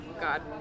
God